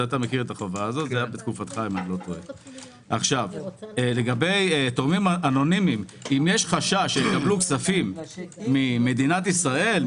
אם יש תורמים אנונימיים שיש חשש שיקבלו כספים ממדינת ישראל,